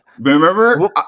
Remember